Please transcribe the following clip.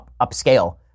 upscale